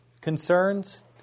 concerns